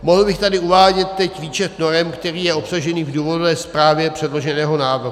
Mohl bych tady uvádět teď výčet norem, který je obsažený v důvodové zprávě předloženého návrhu.